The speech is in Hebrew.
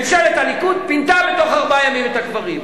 ממשלת הליכוד פינתה בתוך ארבעה ימים את הקברים.